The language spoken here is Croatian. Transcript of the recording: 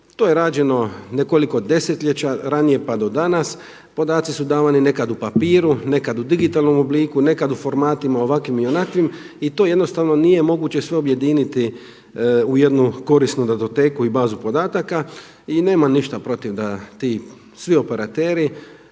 to je rađeno nekoliko desetljeća ranije pa do danas. Podaci su davani nekad u papiru, nekad u digitalnom obliku, nekad u formatima ovakvim i onakvim i to jednostavno nije moguće sve objediniti u jednu korisnu datoteku i bazu podataka. I nemam ništa protiv da ti svi operateri